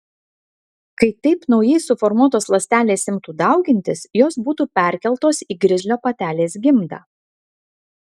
kai taip naujai suformuotos ląstelės imtų daugintis jos būtų perkeltos į grizlio patelės gimdą